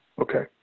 Okay